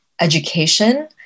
education